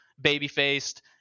baby-faced